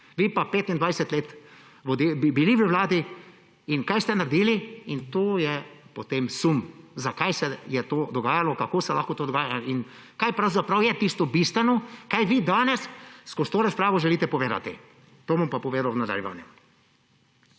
ste pa 25 let bili v vladi – in kaj ste naredili? In to je potem sum, zakaj se je to dogajalo, kako se lahko to dogaja in kaj pravzaprav je tisto bistveno, kar vi danes skozi to razpravo želite povedati. To bom pa povedal v nadaljevanju.